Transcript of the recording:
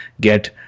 get